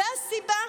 זו הסיבה?